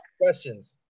questions